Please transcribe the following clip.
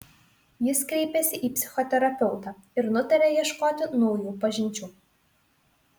jis kreipėsi į psichoterapeutą ir nutarė ieškoti naujų pažinčių